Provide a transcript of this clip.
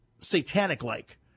satanic-like